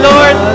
Lord